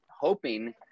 hoping